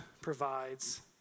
provides